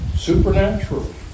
Supernatural